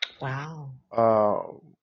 Wow